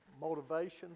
motivation